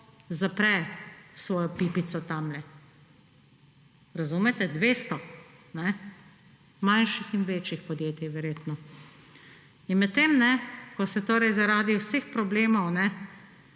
zapre svojo pipico tamle. Razumete? 200. Manjših in večjih podjetij verjetno. Medtem ko se torej zaradi vseh problemov,